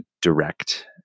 direct